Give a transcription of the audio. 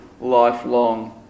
lifelong